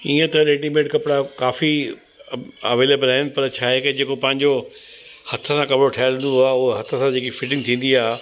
ईअं त रेडीमेड कपिड़ा काफ़ी अवेलेबल आहिनि पर छा आहे के जेको पंहिंजो हथ सां कपिड़ो ठहिंदो आहे उअ हथ सां जेकी फिटिंग थींदी आहे